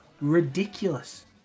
ridiculous